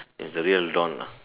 is the real don